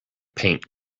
paint